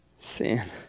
sin